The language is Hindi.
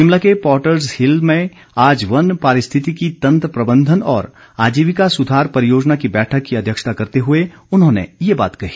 शिमला के पॉटर्स हिल में आज वन पारिस्थितिकी तंत्र प्रबंधन और आजीविका सुधार परियोजना की बैठक की अध्यक्षता करते हुए उन्होंने ये बात कही